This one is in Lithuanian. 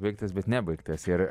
baigtas bet nebaigtas ir